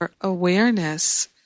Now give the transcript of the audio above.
awareness